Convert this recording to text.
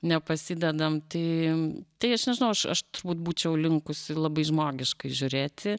nepasidedam tai tai aš nežinau aš aš turbūt būčiau linkusi labai žmogiškai žiūrėti